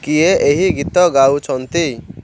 କିଏ ଏହି ଗୀତ ଗାଉଛନ୍ତି